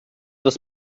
das